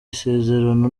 isezerano